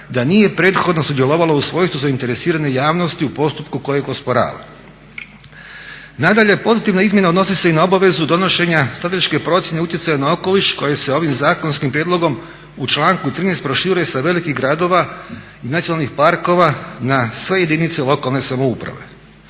da nije prethodno sudjelovalo u svojstvu zainteresirane javnosti u postupku kojeg osporava. Nadalje pozitivna izmjena odnosi se i na obavezu donošenja statičke procjene utjecaja na okoliš koji se ovim zakonskim prijedlogom u članku 13 proširuje sa velikih gradova i nacionalnih parkova na sve jedinice lokalne samouprave.